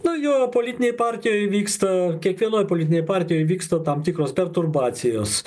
nu jo politinėj partijoj vyksta kiekvienoj politinėj partijoj vyksta tam tikros perturbacijos